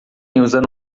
usando